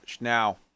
Now